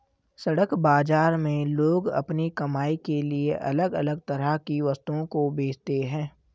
सड़क बाजार में लोग अपनी कमाई के लिए अलग अलग तरह की वस्तुओं को बेचते है